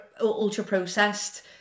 ultra-processed